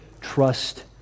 Trust